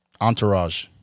Entourage